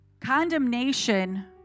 Condemnation